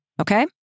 Okay